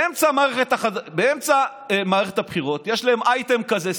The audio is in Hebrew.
באמצע מערכת הבחירות יש להם אייטם כזה,